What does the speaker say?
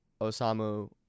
Osamu